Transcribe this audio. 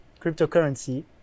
cryptocurrency